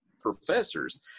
professors